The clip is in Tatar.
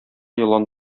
елан